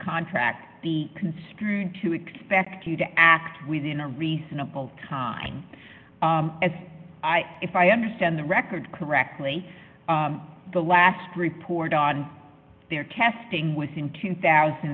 contract the construed to expect you to act within a reasonable time as i if i understand the record correctly the last report on their testing was in two thousand